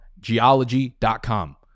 Geology.com